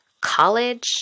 college